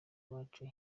uwacu